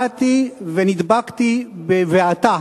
באתי ונדבקתי בבעתה: